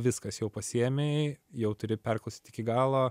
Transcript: viskas jau pasiėmei jau turi perklausyt iki galo